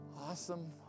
Awesome